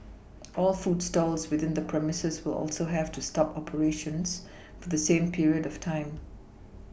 all food stalls within the premises will also have to stop operations for the same period of time